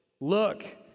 Look